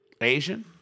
Asian